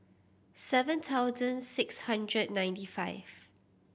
seven thousand six hundred ninety five